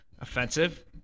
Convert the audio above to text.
offensive